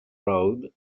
road